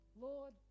Lord